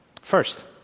First